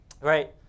right